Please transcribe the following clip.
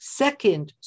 second